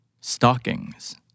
stockings